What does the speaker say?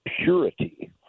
purity